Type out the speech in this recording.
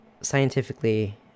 scientifically